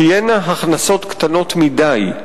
תהיינה הכנסות קטנות מדי.